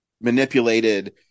manipulated